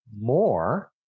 more